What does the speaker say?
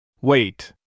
Wait